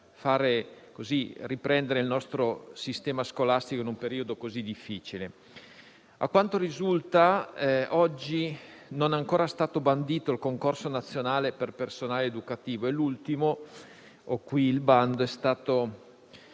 A quanto risulta, oggi non è ancora stato bandito il concorso nazionale per personale educativo e l'ultimo - di cui ho qui il bando - è stato